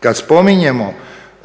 Kad spominjemo